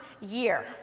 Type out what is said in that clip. year